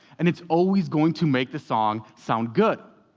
and it's always going to make the song sound good.